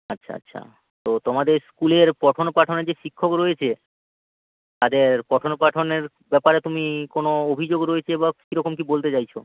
আচ্ছা আচ্ছা তো তোমাদের স্কুলের পঠনপাঠনের যে শিক্ষক রয়েছে তাদের পঠনপাঠনের ব্যাপারে তুমি কোনো অভিযোগ রয়েছে বা কীরকম কী বলতে চাইছ